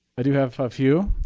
i do have a few.